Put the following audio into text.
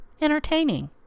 entertaining